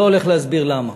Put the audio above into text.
אני לא הולך להסביר למה.